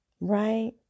Right